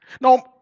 Now